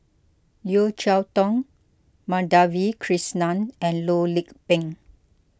Yeo Cheow Tong Madhavi Krishnan and Loh Lik Peng